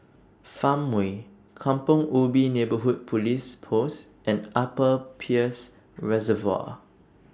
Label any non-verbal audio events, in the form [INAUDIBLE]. Farmway Kampong Ubi Neighbourhood Police Post and Upper Peirce Reservoir [NOISE]